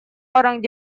orang